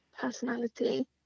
personality